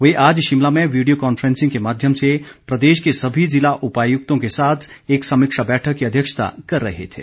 वे आज शिमला में video conferencing के माध्यम से प्रदेश के सभी ज़िला उपायुक्तों के साथ एक समीक्षा बैठक की अध्यक्षता कर रहे थे